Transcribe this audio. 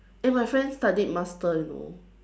eh my friend studied master you know